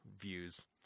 views